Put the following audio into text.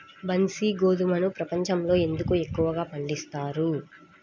బన్సీ గోధుమను ప్రపంచంలో ఎందుకు ఎక్కువగా పండిస్తారు?